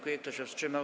Kto się wstrzymał?